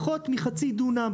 פחות מחצי דונם,